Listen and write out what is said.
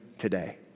today